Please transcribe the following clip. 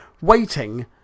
waiting